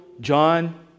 John